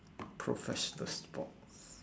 professional sports